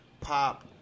pop